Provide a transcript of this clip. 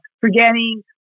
forgetting